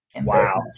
Wow